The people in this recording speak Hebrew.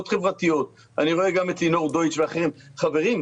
חברתיות אני רואה גם את לינור דויטש ואחרים חברים,